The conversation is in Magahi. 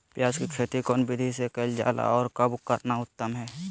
प्याज के खेती कौन विधि से कैल जा है, और कब करना उत्तम है?